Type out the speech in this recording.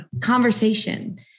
conversation